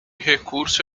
recurso